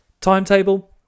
timetable